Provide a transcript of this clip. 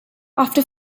after